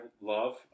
love